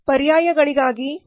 ಪರ್ಯಾಯಗಳಿಗಾಗಿ ಹುಡುಕಿ